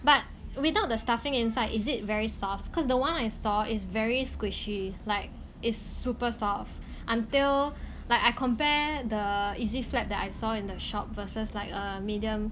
but without the stuffing inside is it very soft cause the one I saw is very squishy like is super soft until like I compare the easy flap that I saw in the shop versus like a medium